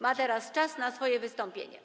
ma teraz czas na swoje wystąpienie.